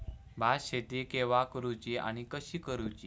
भात शेती केवा करूची आणि कशी करुची?